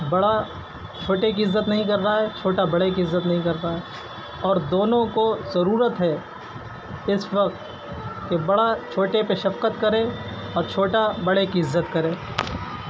بڑا چھوٹے کی عزت نہیں کر رہا ہے چھوٹا بڑے کی عزت نہیں کر رہا ہے اور دونوں کو ضرورت ہے اس وقت کہ بڑا چھوٹے پہ شفقت کرے اور چھوٹا بڑے کی عزت کرے